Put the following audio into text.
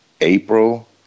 April